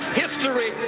history